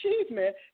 achievement